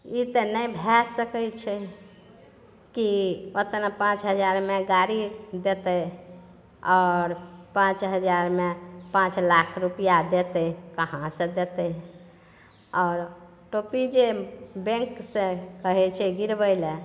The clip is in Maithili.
ई तऽ नहि भए सकै छै की ओतना पाँच हजारमे गाड़ी देतै आओर पाँच हजारमे पाँच लाख रुपैआ देतै कहाँसॅं देतै आओर ओ टी पी जे बैंक सॅं कहै छै गिरबै लए